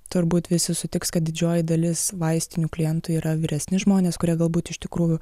turbūt visi sutiks kad didžioji dalis vaistinių klientų yra vyresni žmonės kurie galbūt iš tikrųjų